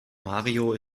mario